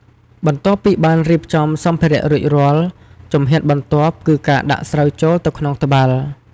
បន្ទាប់ពីបានរៀបចំសម្ភារៈរួចរាល់ ជំហានបន្ទាប់គឺការដាក់ស្រូវចូលទៅក្នុងត្បាល់។